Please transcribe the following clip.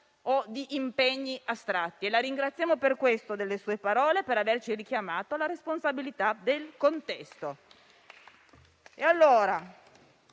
o di impegni astratti e la ringrazierò per le sue parole e per averci richiamato alla responsabilità del contesto.